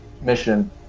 mission